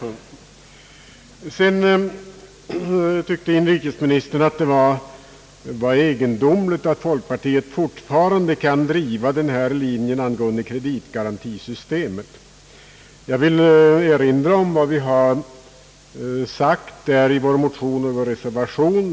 Vidare tyckte inrikesministern att det är egendomligt att folkpartiet kan driva linjen angående kreditgarantisystemet. Jag vill erinra om vad vi har sagt i vår motion och i vår reservation.